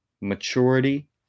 maturity